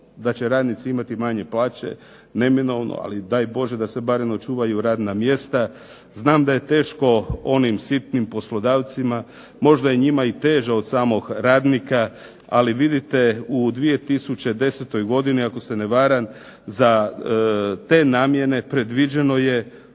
da će radnici imati manje plaće neminovno, ali da je Bože da se bar očuvaju radna mjesta. Znam da je teško onim sitnim poslodavcima, možda je njima i teže od samog radnika, ali vidite u 2010. godini ako se ne varam za te namjene predviđeno